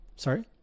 Sorry